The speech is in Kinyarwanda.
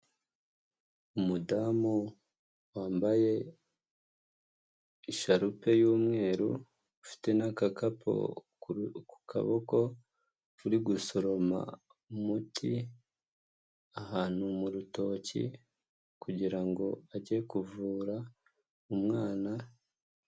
Umudamu wambaye isharupe y'umweru, ufite n'agakapu ku kaboko, uri gusoroma umuti ahantu mu rutoki kugira ngo ajye kuvura umwana.